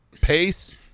pace